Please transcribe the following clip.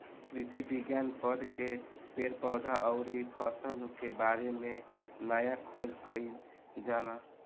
कृषि विज्ञान पढ़ के पेड़ पौधा अउरी फसल के बारे में नया खोज कईल जाला